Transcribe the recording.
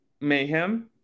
mayhem